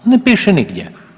Ne piše nigdje.